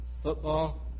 football